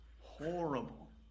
Horrible